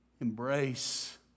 embrace